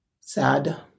sad